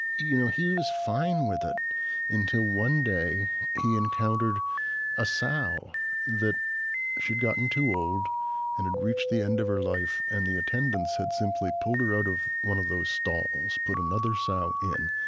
you know he was fine with it until one day he encountered a sow that had gotten too old and had reached the end of her life. and the attendants had simply pulled her out of one of those stalls, put another sow in,